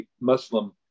Muslim